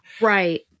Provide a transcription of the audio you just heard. Right